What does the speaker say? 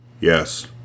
-"Yes